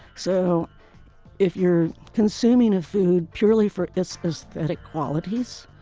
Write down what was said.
so if you're consuming a food purely for its aesthetic qualities,